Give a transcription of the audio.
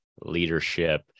leadership